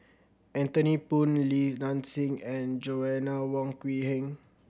Anthony Poon Li Nanxing and Joanna Wong Quee Heng